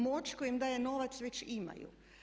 Moć koju im daje novac već imaju.